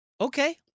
Okay